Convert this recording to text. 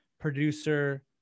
producer